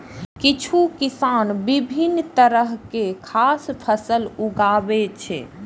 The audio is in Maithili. किछु किसान विभिन्न तरहक खाद्य फसल उगाबै छै